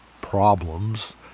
problems